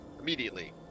immediately